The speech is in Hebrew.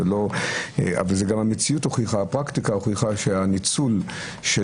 גם המציאות הפרקטית הוכיחה שהניצול של